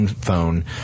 phone